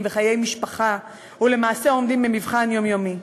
וחיי משפחה ולמעשה עומדים במבחן יומיומי.